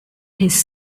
his